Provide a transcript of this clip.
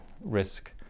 risk